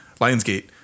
Lionsgate